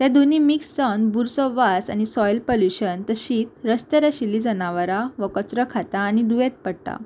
ते दोनी मिक्स जावन बुरसो वास आनी सॉयल पल्युशन तशीत रस्त्यार आशिल्ली जनावरां हो कचरो खाता आनी दुयेंत पडटा